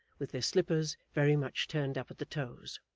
with their slippers very much turned up at the toes.